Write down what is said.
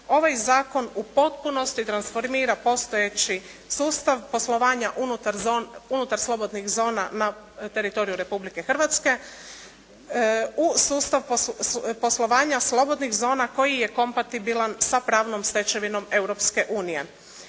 ovaj zakon u potpunosti transformira postojeći sustav poslovanja unutar slobodnih zona na teritoriju Republike Hrvatske u sustav poslovanja slobodnih zona koji je kompatibilan sa pravnom stečevinom